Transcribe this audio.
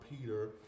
Peter